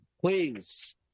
Please